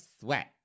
Sweat